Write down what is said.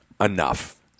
enough